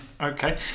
Okay